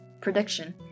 prediction